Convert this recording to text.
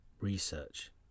Research